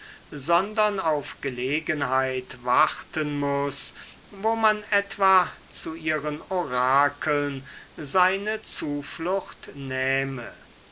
sondern auf gelegenheit warten muß wo man etwa zu ihren orakeln seine zuflucht nähme